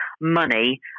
money